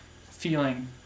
feeling